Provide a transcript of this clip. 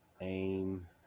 aim